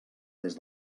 des